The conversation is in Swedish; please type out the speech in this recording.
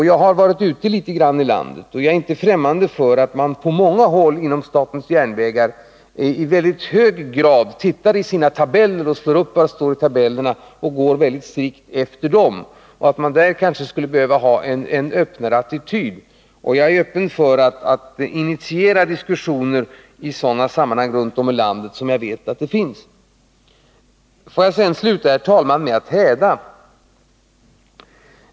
Jag har varit ute litet grand i landet, och jag är inte främmande för att man på många håll inom statens järnvägar i mycket hög grad slår upp i sina tabeller och tittar vad som står där och går mycket strikt efter dem och att man där kanske skulle behöva ha en öppnare attityd. Jag är öppen för att initiera diskussioner i sådana fall som jag vet förekommer runt om i landet. Får jag sedan, herr talman, sluta med att häda.